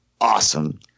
awesome